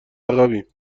عقبیم